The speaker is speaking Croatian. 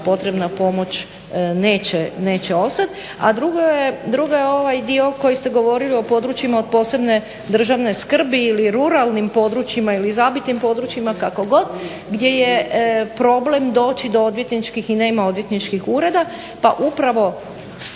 potrebna pomoć neće ostati. A drugo je ovaj dio koji ste govorili o područjima od posebne državne skrbi ili ruralnim područjima ili zabitim područjima kako god, gdje je problem doći do odvjetničkih i nema odvjetničkih ureda. Pa upravo